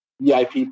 VIP